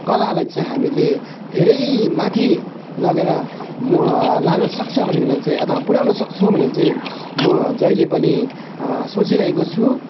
कलालाईचाहिँ हामीले धेरै माथि लगेर म लान सक्छ भनिकन चाहिँ अथवा पुऱ्याउन सक्छौँ भनेर चाहिँ म जहिले पनि सेचिरहेको छु